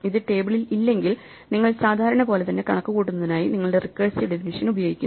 ഇത് ടേബിളിൽ ഇല്ലെങ്കിൽ നിങ്ങൾ സാധാരണപോലെ തന്നെ കണക്കുകൂട്ടുന്നതിനായി നിങ്ങളുടെ റിക്കേഴ്സീവ് ഡെഫിനിഷ്യൻ പ്രയോഗിക്കുന്നു